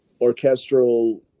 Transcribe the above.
orchestral